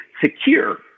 secure